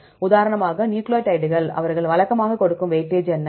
உதாரணமாக நியூக்ளியோடைடுகள் அவர்கள் வழக்கமாக கொடுக்கும் வெயிட்டேஜ் என்ன